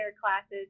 classes